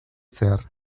zehar